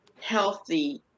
healthy